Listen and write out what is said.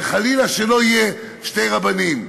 וחלילה שלא יהיו שני רבנים.